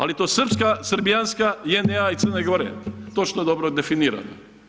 Ali to srpska, srbijanska, JNA-a i Crne Gore, točno dobro definirano.